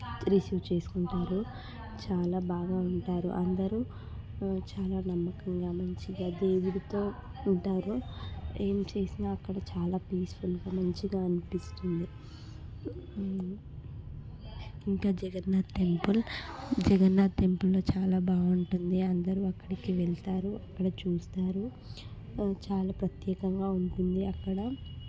receive చేసుకుంటారు చాలా బాగా ఉంటారు అందరూ చాలా నమ్మకంగా మంచిగా దేవుడితో ఉంటారు ఏం చేసినా అక్కడ చాలా పీస్ఫుల్గా మంచిగా అనిపిస్తుంది ఇంకా జగన్నాథ్ టెంపుల్ జగన్నాథ్ టెంపుల్లో చాలా బాగుంటుంది అందరూ ఎక్కడికి వెళతారు అక్కడ చూస్తారు చాలు ప్రత్యేకంగా ఉంటుంది అక్కడ